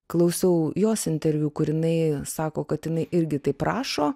klausiau jos interviu kur jinai sako kad jinai irgi taip rašo